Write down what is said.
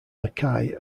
mackay